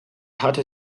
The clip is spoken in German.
hatte